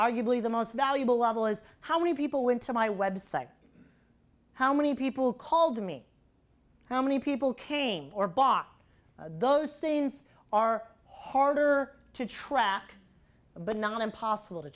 arguably the most valuable level is how many people went to my website how many people called me how many people came or bought those things are harder to track but not impossible to